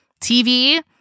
TV